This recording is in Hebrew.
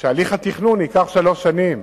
שהליך התכנון ייקח שלוש שנים,